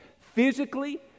physically